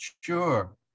Sure